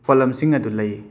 ꯄꯣꯠꯂꯝꯁꯤꯡ ꯑꯗꯨ ꯂꯩ